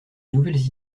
nouvelles